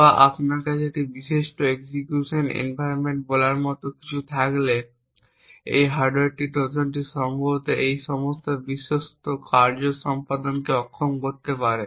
বা আপনার কাছে একটি বিশ্বস্ত এক্সিকিউশন এনভায়রনমেন্ট বলার মতো কিছু থাকলে একটি হার্ডওয়্যার ট্রোজান সম্ভবত এই সম্পূর্ণ বিশ্বস্ত কার্য সম্পাদনকে অক্ষম করতে পারে